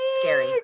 scary